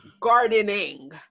gardening